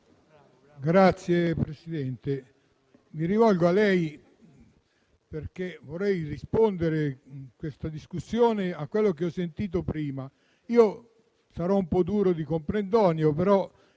Signora Presidente, mi rivolgo a lei perché vorrei rispondere, in questa discussione, a quello che ho sentito prima. Sarò un po' duro di comprendonio, però